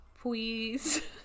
Please